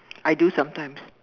I do sometimes